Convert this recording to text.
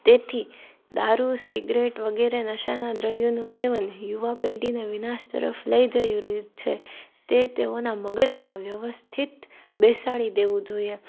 તેથી દારૂ સીગરેટ વગેરે નશાનાં દ્રવ્યોનું સેવન યુવા પેઢીને વિનાશ તરફ લઈ જઈ રહ્યું છે તે તેઓના મગજમાં વ્યવસ્થિત બેસાડી દેવું જોઈએ